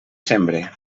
sembre